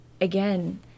again